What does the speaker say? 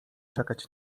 czekać